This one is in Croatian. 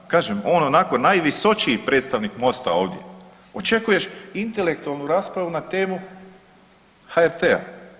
Kažem, ono nako najvisočiji predstavnik MOST-a ovdje, očekuješ intelektualnu raspravu na temu HRT-a.